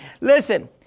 Listen